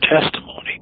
testimony